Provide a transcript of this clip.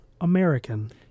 American